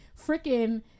freaking